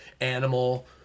animal